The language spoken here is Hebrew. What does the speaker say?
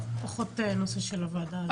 זה פחות הנושא של הוועדה הזאת.